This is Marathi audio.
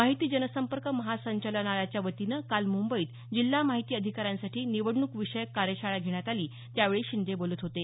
माहिती जनसंपर्क महासंचालनालयाच्या वतीनं काल मुंबईत जिल्हा माहिती अधिकाऱ्यांसाठी निवडणूक विषयक कार्यशाळा घेण्यात आली त्यावेळी शिंदे बोलत होते